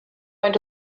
going